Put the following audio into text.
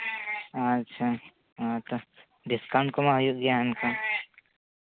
ᱟᱪᱪᱷᱟ ᱦᱮᱸ ᱛᱚ ᱰᱤᱥᱠᱟᱣᱩᱱᱴ ᱠᱚᱢᱟ ᱦᱩᱭᱩᱜ ᱜᱮᱭᱟ ᱮᱱᱠᱷᱟᱱ